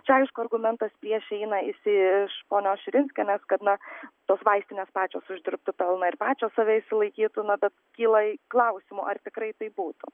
čia aišku argumentas prieš eina jis iš ponios širinskienės kad na tos vaistinės pačios uždirbtų pelną ir pačios save išsilaikytų na bet kyla i klausimų ar tikrai taip būtų